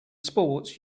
sports